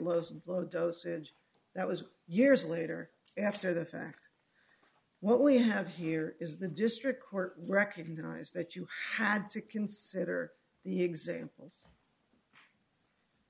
lowest low dosage that was years later after the fact what we have here is the district court recognise that you had to consider the examples